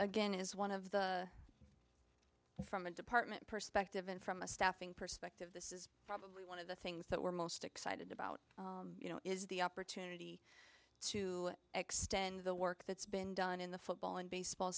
again is one of the from the department perspective and from a staffing perspective this is probably one of the things that we're most excited about is the opportunity to extend the work that's been done in the football and baseball